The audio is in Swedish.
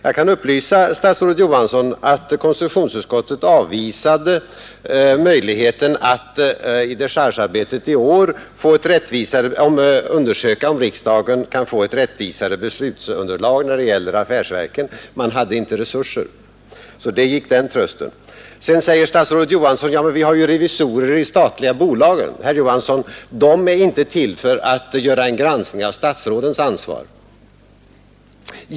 Jag kan upplysa statsrådet Johansson om att konstitutionsutskottet avvisade möjligheten att i dechargearbetet i år undersöka om riksdagen kan få ett rättvisare beslutsunderlag när det gäller affärsverken. Man hade inte resurser. Så där gick den trösten. Vidare säger statsrådet Johansson: Ja, men vi har ju revisorer i de statliga bolagen. Herr Johansson, de är inte till för att göra en granskning av statsrådens ansvar.